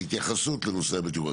ההתייחסות לנושא הזה,